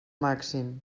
màxim